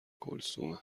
کلثومه